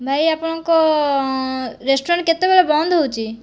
ଭାଇ ଆପଣଙ୍କ ରେଷ୍ଟୁରାଣ୍ଟ କେତେବେଳେ ବନ୍ଦ ହେଉଛି